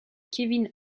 kevin